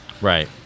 right